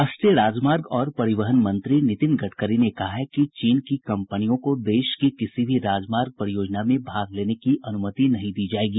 राष्ट्रीय राजमार्ग और परिवहन मंत्री नितिन गडकरी ने कहा है कि चीन की कंपनियों को देश की किसी भी राजमार्ग परियोजना में भाग लेने की अनुमति नहीं दी जायेगी